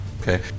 Okay